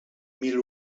mil